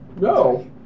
No